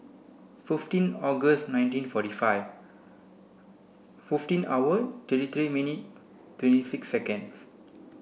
fifteen August nineteen forty five fifteen hour thirty three minute twenty six second